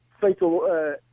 fatal